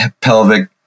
pelvic